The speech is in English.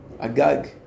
Agag